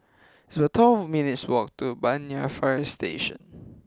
it's about twelve minutes' walk to Banyan Fire Station